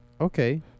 okay